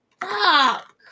Fuck